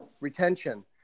retention